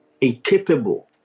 incapable